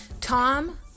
Tom